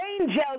angels